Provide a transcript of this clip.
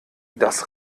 das